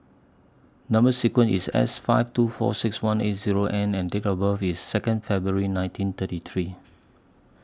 Number sequence IS S five two four six one eight Zero N and Date of birth IS Second February nineteen thirty three